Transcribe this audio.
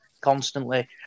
constantly